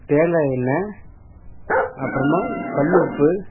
தேங்காய் எண்ணெய் அப்புறமா கல் உப்பு